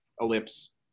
ellipse